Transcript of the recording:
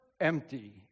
empty